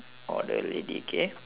or the lady okay